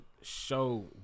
show